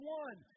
one